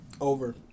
over